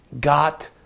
got